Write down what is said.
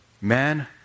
Man